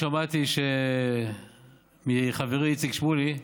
שמעתי מחברי איציק שמולי,